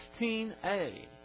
16a